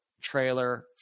trailer